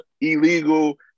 illegal